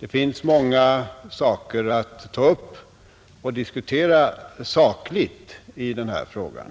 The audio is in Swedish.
Det finns många ting att ta upp och diskutera sakligt i denna fråga,